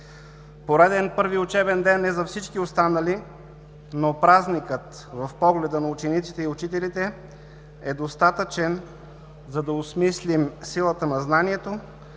Пореден първи учебен ден и за всички останали, но празникът в погледа на учениците и учителите е достатъчен, за да осмислим силата на знанието